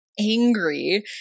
angry